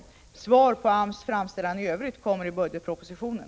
Behandlingen av AMS framställan i övrigt kommer att redovisas i budgetpropositionen.